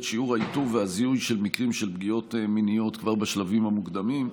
שיעור האיתור והזיהוי של מקרים של פגיעות מיניות כבר בשלבים המוקדמים.